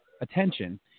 attention